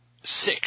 six